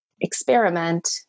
experiment